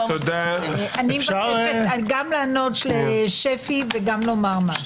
אני מבקשת גם לענות לשפי וגם לומר משהו.